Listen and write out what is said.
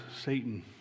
Satan